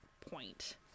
point